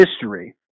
history